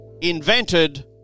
invented